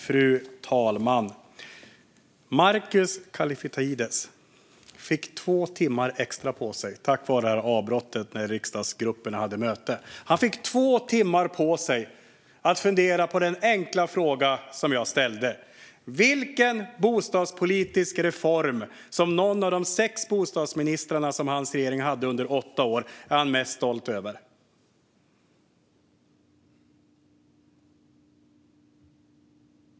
Fru talman! Markus Kallifatides fick två timmar extra på sig tack vare avbrottet när riksdagsgrupperna hade möte. Han fick två timmar på sig att fundera på den enkla fråga som jag ställde: Vilken bostadspolitisk reform från någon av de sex bostadsministrar som hans regering hade under åtta år är han mest stolt över?